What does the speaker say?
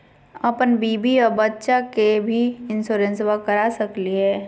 अपन बीबी आ बच्चा के भी इंसोरेंसबा करा सकली हय?